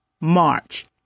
March